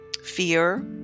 Fear